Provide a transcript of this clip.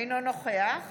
אינו נוכח